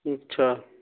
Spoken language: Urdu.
اچھا